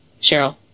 Cheryl